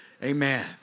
Amen